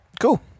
Cool